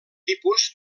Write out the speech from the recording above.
tipus